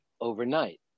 overnight